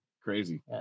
crazy